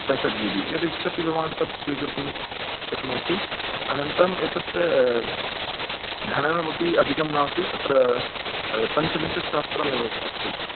पैसेट् GB यद् इच्छति भवान् तद् स्वीकर्तुं शक्नोति अनन्तरम् एतस्य धनमपि अधिकं नास्ति अत्र पञ्चविंशतिसहस्रमेव अस्ति